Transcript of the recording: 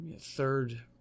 third